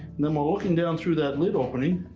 and then while looking down through that lid opening,